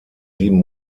sieben